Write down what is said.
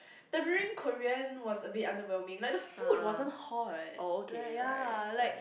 Tamarind Korean was a bit underwhelming like the food wasn't hot like ya like